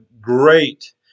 great